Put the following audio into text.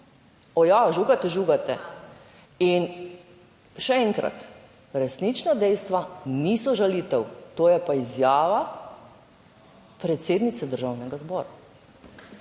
O ja, žugate, žugate. In še enkrat, resnično dejstva niso žalitev - to je pa izjava predsednice Državnega zbora.